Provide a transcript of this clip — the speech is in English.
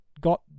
got